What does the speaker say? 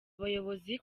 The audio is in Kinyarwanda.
bayobozi